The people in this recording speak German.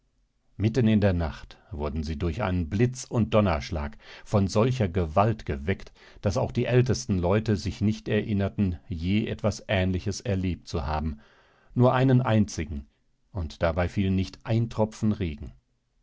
mitten in der nacht wurden sie durch einen blitz und donnerschlag von solcher gewalt geweckt daß auch die ältesten leute sich nicht erinnerten je etwas ähnliches erlebt zu haben nur einen einzigen und dabei fiel nicht ein tropfen regen